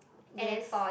yes